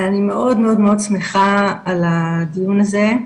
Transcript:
אני מאוד מאוד מאוד שמחה על הדיון הזה,